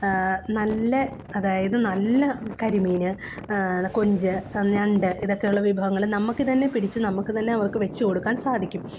നല്ല അതായത് നല്ല കരിമീൻ കൊഞ്ച് ഞണ്ട് ഇതൊക്കെയുള്ള വിഭവങ്ങൾ നമുക്ക് തന്നെ പിടിച്ചു നമുക്ക് തന്നെ അവർക്ക് വെച്ചു കൊടുക്കാൻ സാധിക്കും